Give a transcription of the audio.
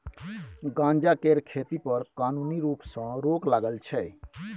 गांजा केर खेती पर कानुनी रुप सँ रोक लागल छै